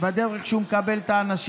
בדרך שהוא מקבל את האנשים.